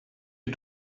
you